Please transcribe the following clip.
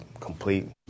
complete